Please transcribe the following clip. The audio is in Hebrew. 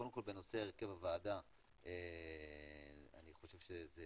קודם כל בנושא הרכב הוועדה, אני חושב שזה